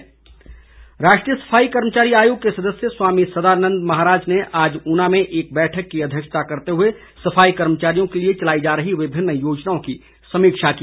सफाई बैठक राष्ट्रीय सफाई कर्मचारी आयोग के सदस्य स्वामी सदानंद महाराज ने आज ऊना में एक बैठक की अध्यक्षता करते हुए सफाई कर्मचारियों के लिए चलाई जा रही विभिन्न योजनाओं की समीक्षा की